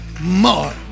more